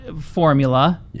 formula